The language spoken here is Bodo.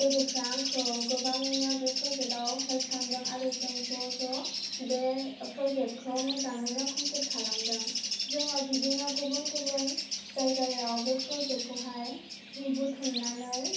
लोगोफोरा आंखौ गोबाङैनो बे प्रोजेक्टाव हेल्प खालामदों आरो जों ज' ज' बे प्रजेक्टखौ मोजाङैनो कमप्लिट खालामदों जोङो बिदिनो गुबुन गुबुन जायगायाव बे प्रजेक्टखौहाय बुथुमनानै